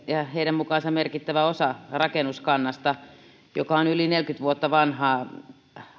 ja heidän mukaansa merkittävä osa kuntien rakennuskannasta joka on yli neljäkymmentä vuotta vanhaa